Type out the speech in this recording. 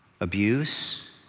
abuse